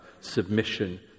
submission